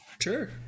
Sure